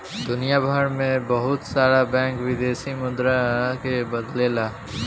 दुनियभर में बहुत सारा बैंक विदेशी मुद्रा के बदलेला